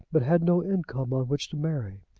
but had no income on which to marry.